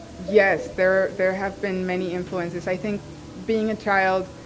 yes. there there have been many influences. i think being a child,